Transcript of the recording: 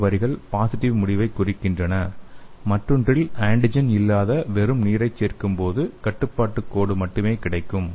இரண்டு வரிகள் பாசிடிவ் முடிவைக் குறிக்கின்றன மற்றொன்றில் ஆன்டிஜென் இல்லாத இந்த வெறும் நீரை சேர்க்கும் போது கட்டுப்பாட்டுக் கோடு மட்டுமே கிடைக்கும்